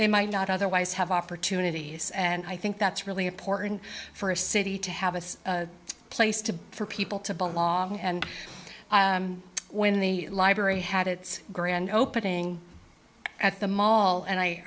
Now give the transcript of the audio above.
they might not otherwise have opportunities and i think that's really important for a city to have a place to be for people to belong and when the library had its grand opening at the mall and i